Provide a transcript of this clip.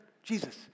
Jesus